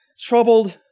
Troubled